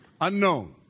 Unknown